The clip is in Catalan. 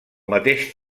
mateix